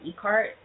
eCart